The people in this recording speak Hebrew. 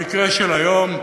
במקרה של היום,